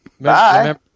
Bye